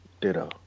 ditto